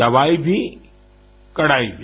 दवाई भी कड़ाई भी